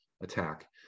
attack